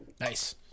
Nice